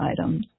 items